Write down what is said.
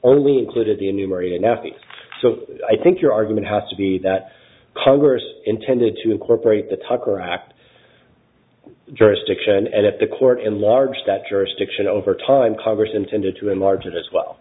only included in new merioneth so i think your argument has to be that congress intended to incorporate the tucker act jurisdiction at the court at large that jurisdiction over time congress intended to enlarge it as well